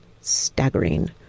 staggering